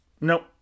Nope